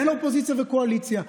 אין אופוזיציה וקואליציה,